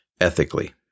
ethically